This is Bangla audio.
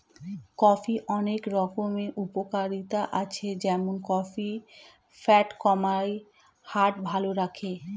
কফির অনেক রকম উপকারিতা আছে যেমন কফি ফ্যাট কমায়, হার্ট ভালো রাখে